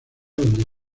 donde